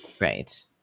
Right